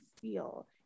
feel